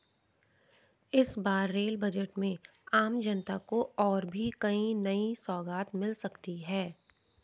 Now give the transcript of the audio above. इस बार rail budget में आम जनता को और भी कई नई सौगात मिल सकती हैं